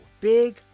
Big